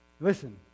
Listen